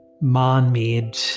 man-made